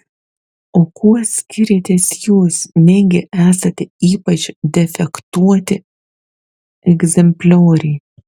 o kuo skiriatės jūs negi esate ypač defektuoti egzemplioriai